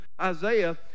Isaiah